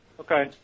Okay